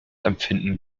empfinden